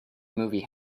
movie